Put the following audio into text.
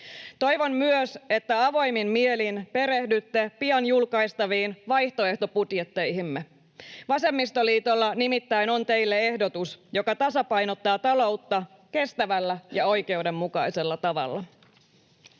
Toivon myös, että avoimin mielin perehdytte pian julkaistaviin vaihtoehtobudjetteihimme. Vasemmistoliitolla nimittäin on teille ehdotus, joka tasapainottaa taloutta kestävällä ja oikeudenmukaisella tavalla.